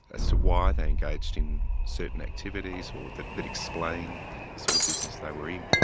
as to why they engaged in certain activities or that that explain the sort of business they were in.